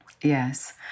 Yes